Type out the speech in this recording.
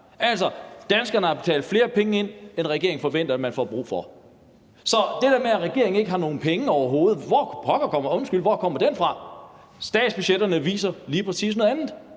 Altså, danskerne har betalt flere penge ind, end regeringen forventer man får brug for. Så hvor kommer det der med, at regeringen overhovedet ikke har nogen penge, fra? Statsbudgetterne viser lige præcis noget andet,